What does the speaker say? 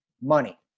money